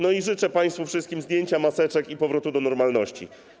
No i życzę państwu wszystkim zdjęcia maseczek i powrotu do normalności.